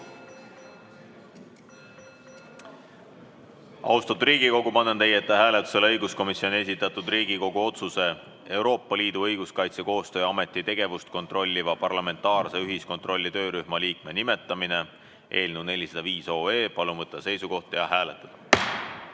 Riigikogu, panen teie ette hääletusele õiguskomisjoni esitatud Riigikogu otsuse "Euroopa Liidu Õiguskaitsekoostöö Ameti tegevust kontrolliva parlamentaarse ühiskontrolli töörühma liikme nimetamine" eelnõu 405. Palun võtta seisukoht ja hääletada!